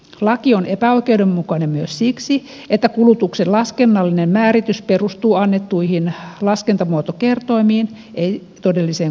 laki on epäoikeudenmukainen myös siksi että kulutuksen laskennallinen määritys perustuu annettuihin laskentamuotokertoimiin ei todelliseen kulutukseen